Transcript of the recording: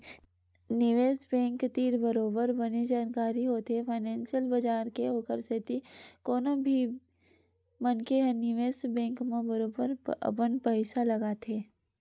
निवेस बेंक तीर बरोबर बने जानकारी होथे फानेंसियल बजार के ओखर सेती कोनो भी मनखे ह निवेस बेंक म बरोबर अपन पइसा लगाथे